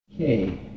Okay